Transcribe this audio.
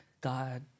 God